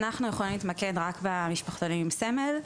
אנחנו יכולים להתמקד רק במשפחתונים עם סמל.